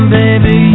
baby